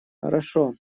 хорошо